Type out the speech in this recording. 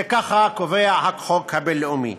ככה קובע החוק הבין-לאומי.